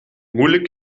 moeilijk